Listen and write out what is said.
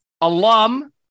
alum